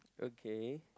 okay